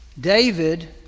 David